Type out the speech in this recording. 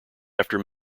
after